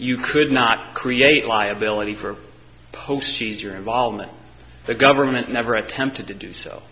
you could not create liability for post she's your involvement the government never attempted to do so